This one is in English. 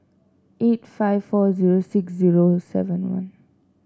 eight five four zero six zero seven one